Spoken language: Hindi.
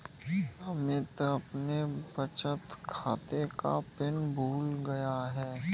अमित अपने बचत खाते का पिन भूल गया है